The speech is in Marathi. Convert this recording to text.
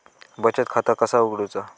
बचत खाता कसा उघडूचा?